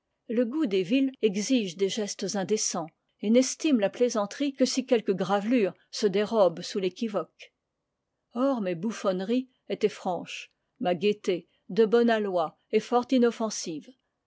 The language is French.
le goût des villes exige des gestes indécens et n'estime la plaisanterie que si quelque gravelure se dérobe sous l'équivoque or mes bouffonneries étaient franches ma gaîté de bon aloi et fort inoffensive